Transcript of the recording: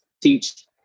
teach